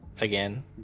again